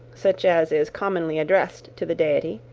such as is commonly addressed to the deity,